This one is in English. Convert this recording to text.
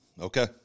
Okay